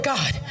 God